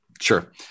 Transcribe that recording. Sure